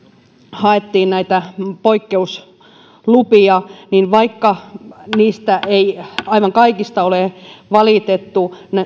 haettiin näitä poikkeuslupia niin vaikka niistä ei aivan kaikista ole valitettu